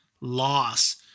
loss